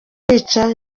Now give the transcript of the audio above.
kwica